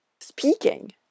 speaking